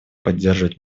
поддерживать